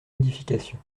modification